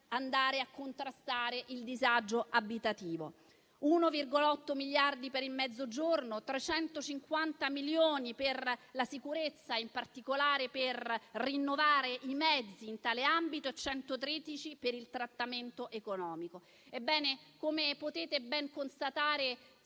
100 per contrastare il disagio abitativo, 1,8 miliardi per il Mezzogiorno, 350 milioni per la sicurezza, in particolare per rinnovare i mezzi in tale ambito e 113 per il trattamento economico. Come potete ben constatare,